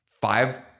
five